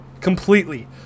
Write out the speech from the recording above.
Completely